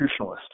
institutionalist